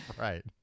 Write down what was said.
Right